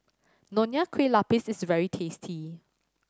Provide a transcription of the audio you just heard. Nonya Kueh Lapis is very tasty